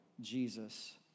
Jesus